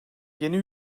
yeni